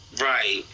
Right